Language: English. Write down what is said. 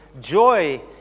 joy